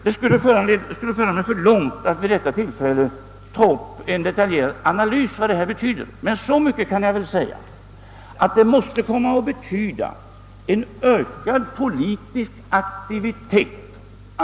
Det skulle föra för långt att vid detta tillfälle ta upp en detaljerad analys av vad detta betyder, men så mycket kan jag säga att det måste komma att betyda en ökad politisk aktivitet.